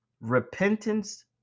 repentance